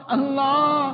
Allah